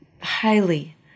highly